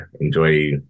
enjoy